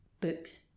books